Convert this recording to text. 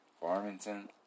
Farmington